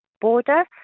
border